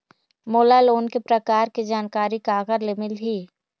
मोला लोन के प्रकार के जानकारी काकर ले मिल ही?